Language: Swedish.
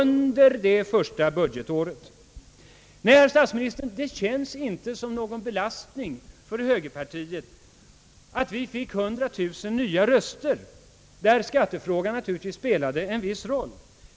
Nej, herr statsminister, det känns inte som någon belastning för högerpartiet att vi fick 100 000 nya röster i valet där skattefrågan naturligtvis spelade en viss roll.